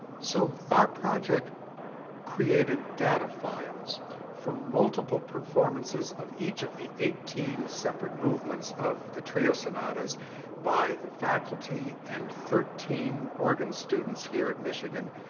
so, our project created data files for multiple performances of each of the eighteen separate movements of the trio sonatas by the faculty and thirteen organ students, here at michigan,